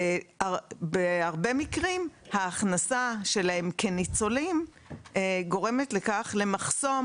ובהרבה מקרים ההכנסה שלהם כניצולים גורמת למחסום,